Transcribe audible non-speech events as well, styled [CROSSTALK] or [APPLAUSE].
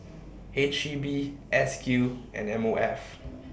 [NOISE] H E B S Q and M O F